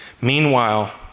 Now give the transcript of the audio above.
Meanwhile